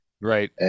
Right